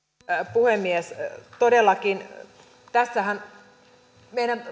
puhemies todellakin tässähän meidän